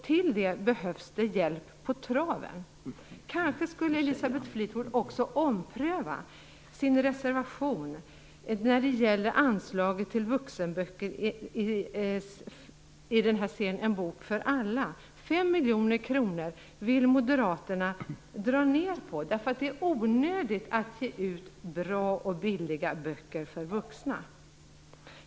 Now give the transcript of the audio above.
För detta behövs det hjälp på traven. Kanske skulle Elisabeth Fleetwood också ompröva sin reservation när det gäller anslaget till vuxenböcker i serien En bok för alla. Här vill Moderaterna sänka anslaget med 5 miljoner kronor, därför att de anser att det är onödigt att ge ut bra och billiga böcker för vuxna.